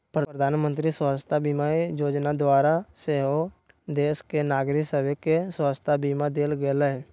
प्रधानमंत्री स्वास्थ्य बीमा जोजना द्वारा सेहो देश के नागरिक सभके स्वास्थ्य बीमा देल गेलइ